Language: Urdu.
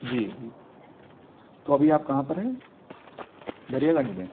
جی جی تو ابھی آپ کہاں پر ہیں دریا گنج میں